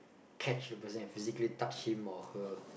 catch the person and physically touch him or her